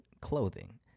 clothing